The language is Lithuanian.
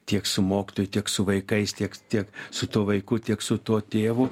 tiek su mokytoju tiek su vaikais tiek tiek su tuo vaiku tiek su tuo tėvu